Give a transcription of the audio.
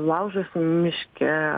laužas miške